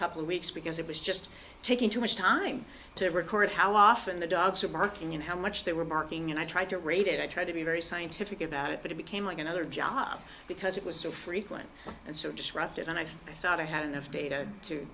couple weeks because it was just taking too much time to record how often the dogs were barking and how much they were barking and i tried to rate it i tried to be very scientific about it but it became like another job because it was so frequent and so disruptive and i thought i had enough data to